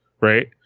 right